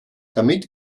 damit